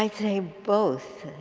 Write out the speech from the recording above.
um say both.